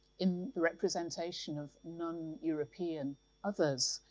in the representation of non-european others,